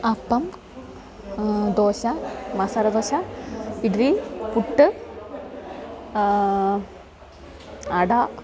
അപ്പം ദോശ മസാലദോശ ഇഡലി പുട്ട് അട